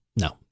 no